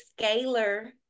scalar